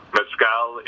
Mescal